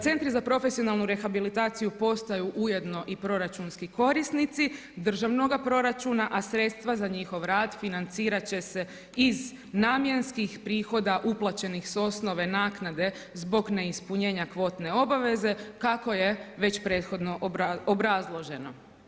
Centri za profesionalnu rehabilitaciju postaju ujedno i proračunski korisnici državnoga proračuna a sredstva za njihov rad financirati će se iz namjenskih prihoda uplaćenih sa osnove naknade zbog neispunjenja kvotne obaveze kako je već prethodno obrazloženo.